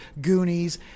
goonies